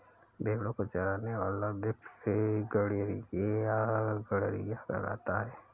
भेंड़ों को चराने वाला व्यक्ति गड़ेड़िया या गरेड़िया कहलाता है